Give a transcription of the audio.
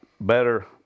better